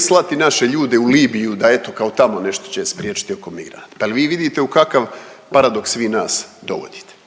slati naše ljude u Libiju da eto kao tamo nešto će spriječiti oko mira. Pa jel' vi vidite u kakav paradoks vi nas dovodite?